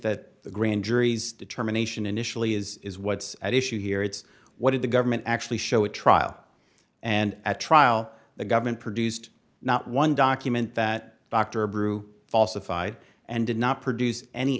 that the grand jury's determination initially is is what's at issue here it's what did the government actually show a trial and at trial the government produced not one document that dr bru falsified and did not produce any